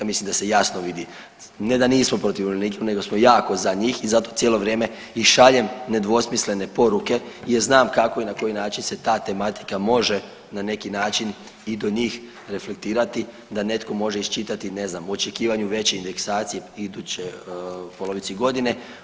Mislim da se jasno vidi, ne da nismo protiv umirovljenika nego smo jako za njih i zato cijelo vrijeme i šaljem nedvosmislene poruke jer znam kako i na koji način se ta tematika može na neki način i do njih reflektirati da netko može iščitati ne znam u očekivanju veće indeksacije u idućoj polovici godine.